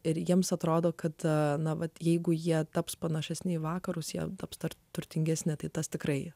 ir jiems atrodo kad na vat jeigu jie taps panašesni į vakarus jie taps dar turtingesni tai tas tikrai